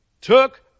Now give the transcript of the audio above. took